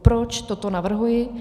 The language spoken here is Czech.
Proč toto navrhuji.